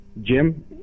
Jim